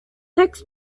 text